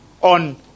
on